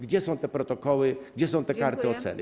Gdzie są te protokoły, gdzie są te karty oceny?